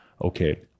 okay